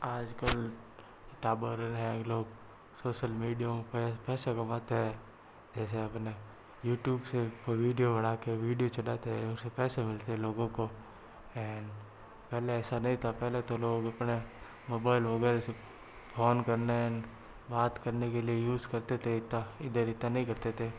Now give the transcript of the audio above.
आजकल टावर है लोग सोशल मीडियो पे पैसे कमाते हैं ऐसे अपने यूट्यूब से कोई वीडियो बना के वीडियो चलाते हैं उससे पैसे मिलते हैं लोगों को एंड पहले ऐसा नहीं था पहले तो लोग अपने मोबाइल बोबाइल से फ़ोन करने बात करने के लिए यूज़ करते थे इतना इधर इतना नहीं करते थे